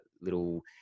little